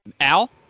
Al